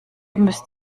müsst